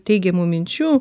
teigiamų minčių